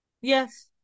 Yes